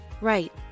right